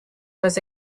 was